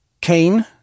Cain